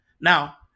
now